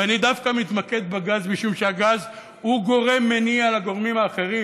ואני דווקא מתמקד בגז משום שהגז הוא גורם מניע לגורמים האחרים: